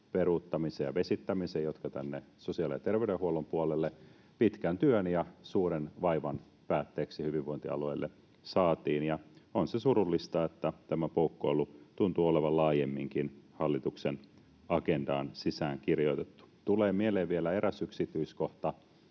peruuttamisen ja vesittämisen yhteydessä, jotka tänne sosiaali- ja terveydenhuollon puolelle pitkän työn ja suuren vaivan päätteeksi hyvinvointialueille saatiin, ja se on surullista, että tämä poukkoilu tuntuu olevan laajemminkin hallituksen agendaan sisään kirjoitettu. Tulee mieleen vielä eräs yksityiskohta